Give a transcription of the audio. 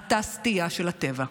אתה סטייה של הטבע.